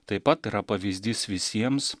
taip pat yra pavyzdys visiems